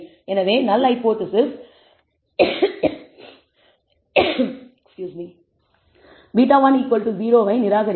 எனவே null hypothesis β10 ஐ நிராகரிக்கலாம்